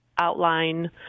Outline